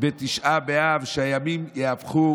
בתשעה באב שהימים יהפכו